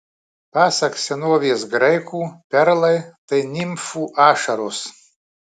pasak senovės graikų perlai tai nimfų ašaros